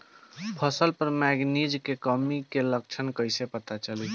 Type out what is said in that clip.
फसल पर मैगनीज के कमी के लक्षण कइसे पता चली?